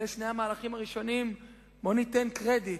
אלה שני המהלכים הראשונים, בואו ניתן קרדיט.